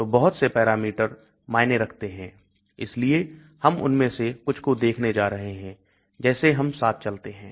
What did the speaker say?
तो बहुत से पैरामीटर मायने रखते हैं इसलिए हम उनमें से कुछ को देखने जा रहे हैं जैसे हम साथ चलते हैं